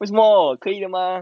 为什么可以的